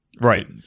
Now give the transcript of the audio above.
Right